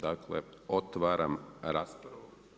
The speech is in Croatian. Dakle, otvaram raspravu.